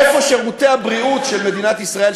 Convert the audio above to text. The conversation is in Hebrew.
איפה שירותי הבריאות של מדינת ישראל,